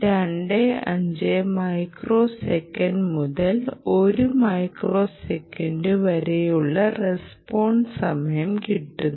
25 microsecond മുതൽ ഒരു microsecond വരെയുള്ള റസ്പോൺസ് സമയം കിട്ടുന്നു